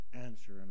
answer